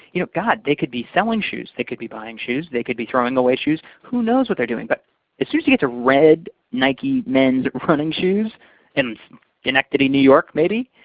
you know, god, they could be selling shoes. they could be buying shoes. they could be throwing away shoes. who knows what they're doing? but as soon as you get to red nike mens running shoes in schenectady, new york, maybe,